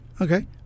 okay